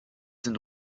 sind